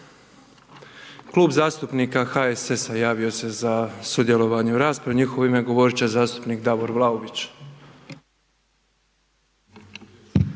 Klub zastupnika HSS-a javio se za sudjelovanje u raspravi. U njihovo ime govoriti će zastupnik Davor Vlaović.